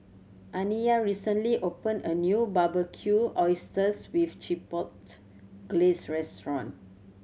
Aniya recently opened a new Barbecued Oysters with Chipotle Glaze Restaurant